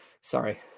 Sorry